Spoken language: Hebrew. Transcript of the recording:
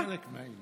זה חלק מהעניין.